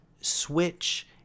Switch